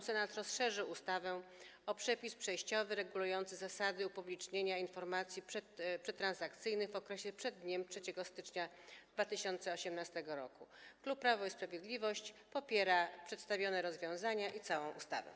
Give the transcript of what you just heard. Senat rozszerzył ustawę o przepis przejściowy regulujący zasady upublicznienia informacji przedtransakcyjnych w okresie przed dniem 3 stycznia 2018 r. Klub Prawo i Sprawiedliwość popiera przedstawione rozwiązania i całą ustawę.